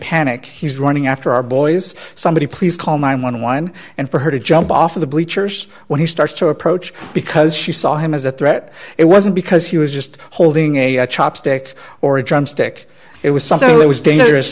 panic he's running after our boys somebody please call nine hundred and eleven and for her to jump off of the bleachers when he starts to approach because she saw him as a threat it wasn't because he was just holding a chopstick or a drumstick it was something that was dangerous